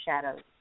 shadows